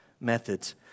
methods